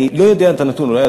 אני לא יודע את הנתון,